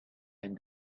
and